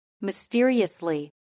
Mysteriously